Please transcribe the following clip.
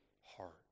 heart